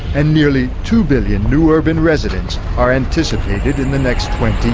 and nearly two billion new urban residents are anticipated in the next twenty